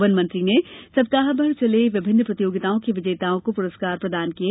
one मंत्री ने सप्ताहभर चले विंभिन्न प्रतियोगिताओं के विजेताओं को पुरस्कार प्रदान किये